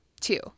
two